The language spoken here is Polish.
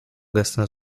gestem